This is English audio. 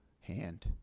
hand